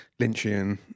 Lynchian